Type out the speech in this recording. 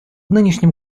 нынешнем